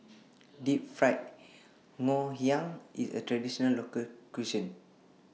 Deep Fried Ngoh Hiang IS A Traditional Local Cuisine